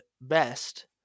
best